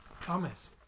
Thomas